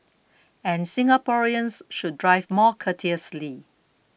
and Singaporeans should drive more courteously